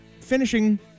finishing